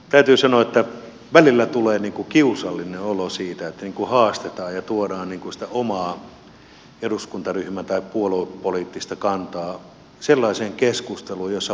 täytyy sanoa että välillä tulee kiusallinen olo siitä että niin kuin haastetaan ja tuodaan sitä omaa eduskuntaryhmän tai puoluepoliittista kantaa sellaiseen keskusteluun jossa puhutaan lainsäädännöstä